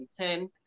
2010